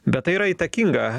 bet tai yra įtakinga